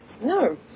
No